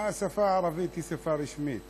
השפה הערבית היא שפה רשמית